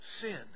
Sin